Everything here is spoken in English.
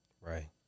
Right